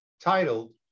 titled